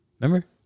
Remember